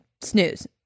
snooze